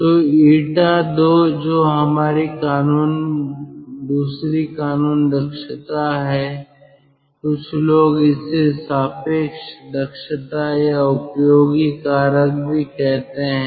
तो 𝜂II जो दूसरी कानून दक्षता है कुछ लोग इसे सापेक्ष दक्षता या उपयोग कारक भी कहते हैं